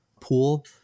pool